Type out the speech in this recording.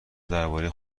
درباره